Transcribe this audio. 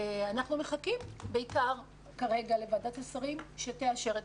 אנחנו כרגע מחכים לוועדת השרים שתאשר את